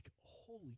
holy